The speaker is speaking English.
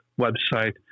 website